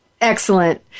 Excellent